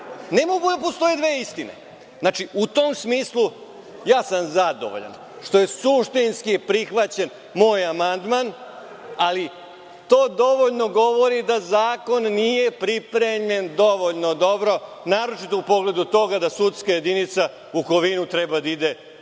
Ne mogu da postoje dve istine.U tom smislu zadovoljan sam što je suštinski prihvaćen moj amandman, ali to dovoljno govori da zakon nije pripremljen dovoljno dobro, naročito u pogledu toga da sudska jedinica u Kovinu treba da ide prema